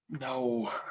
No